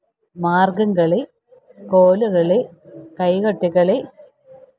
Margamkali Kolkali Kaikottikali